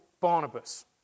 Barnabas